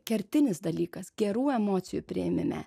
kertinis dalykas gerų emocijų priėmime